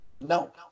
No